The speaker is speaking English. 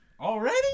Already